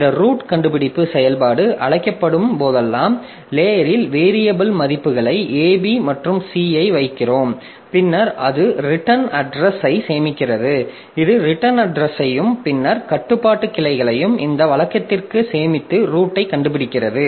இந்த ரூட் கண்டுபிடிப்பு செயல்பாடு அழைக்கப்படும் போதெல்லாம் லேயரில் வேரியபில் மதிப்புகளை ab மற்றும் c ஐ வைக்கிறோம் பின்னர் அது ரிட்டர்ன் அட்ரஸ் ஐ சேமிக்கிறது இது ரிட்டர்ன் அட்ரஷையும் பின்னர் கட்டுப்பாட்டு கிளைகளையும் இந்த வழக்கத்திற்கு சேமித்து ரூட்டை கண்டுபிடிக்கிறது